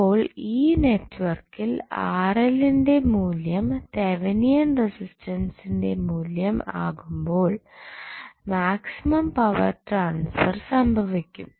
അപ്പോൾ ഈ നെറ്റ്വർക്കിൽ ന്റെ മൂല്യം തെവനിയൻ റെസിസ്റ്റൻസിന്റെ തുല്യം ആകുമ്പോൾ മാക്സിമം പവർ ട്രാൻസ്ഫർ സംഭവിക്കും